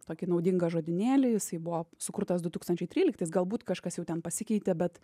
tokį naudingą žodynėlį jisai buvo sukurtas du tūkstančiai tryliktais galbūt kažkas jau ten pasikeitė bet